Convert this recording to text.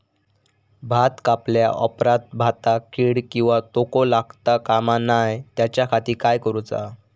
भात कापल्या ऑप्रात भाताक कीड किंवा तोको लगता काम नाय त्याच्या खाती काय करुचा?